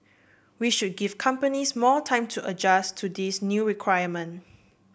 we should give companies more time to adjust to this new requirement